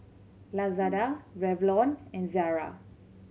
Lazada Revlon and Zara